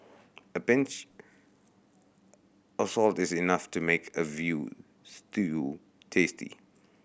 a pinch of salt is enough to make a veal stew tasty